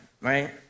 right